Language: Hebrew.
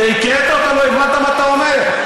כשהקראת אותה, לא הבנת מה אתה אומר.